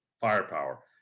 firepower